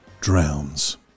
drowns